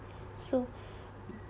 so